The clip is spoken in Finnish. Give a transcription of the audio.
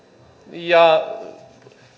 ja